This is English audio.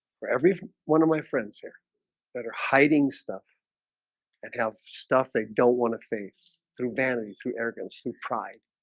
for everything one of my friends here better hiding stuff and have stuff they don't want to face through vanity through arrogance through pride.